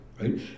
right